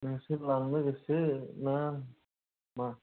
नोंसोर लांनो गोसोना मा